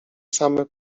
same